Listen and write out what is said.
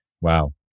Wow